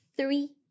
three